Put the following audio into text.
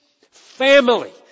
family